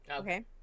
okay